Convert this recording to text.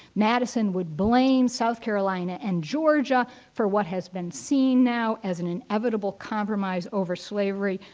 madison would blame south carolina and georgia for what has been seen now as an inevitable compromise over slavery.